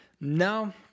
No